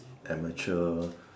amateur